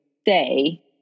stay